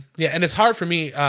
yeah, and it's hard for me